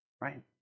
right